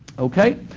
okay,